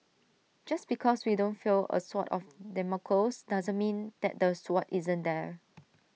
just because we don't feel A sword of Damocles doesn't mean that the sword isn't there